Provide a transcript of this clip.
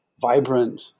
vibrant